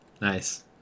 Nice